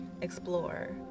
explore